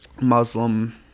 Muslim